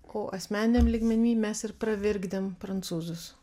o asmeniniame lygmeny mes ir pravirkdėm prancūzus